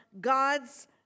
God's